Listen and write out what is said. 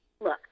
look